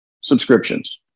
subscriptions